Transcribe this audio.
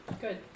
Good